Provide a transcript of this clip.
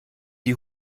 die